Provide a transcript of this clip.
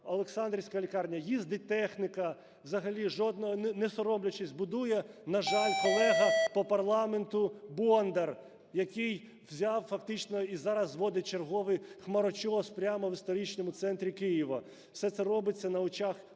Олександрівська лікарня. Їздить техніка. Взагалі не соромлячись будує, на жаль, колега по парламенту Бондар, який взяв фактично і зараз зводить черговий хмарочос прямо в історичному центрі Києва. Все це робиться на очах,